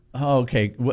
Okay